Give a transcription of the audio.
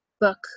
book